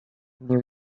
new